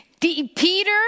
Peter